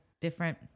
different